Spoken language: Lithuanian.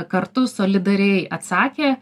kartu solidariai atsakė